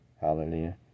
Hallelujah